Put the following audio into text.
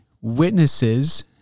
witnesses